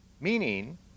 Meaning